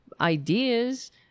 ideas